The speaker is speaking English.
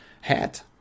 hat